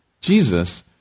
Jesus